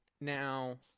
Now